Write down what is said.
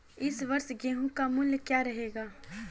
इस वर्ष गेहूँ का मूल्य क्या रहेगा?